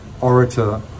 orator